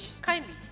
kindly